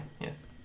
Yes